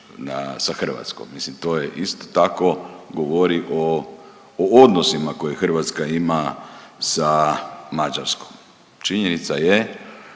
sa Hrvatskom, mislim to isto tako govori o odnosima koje Hrvatska ima sa Mađarskom. Činjenica je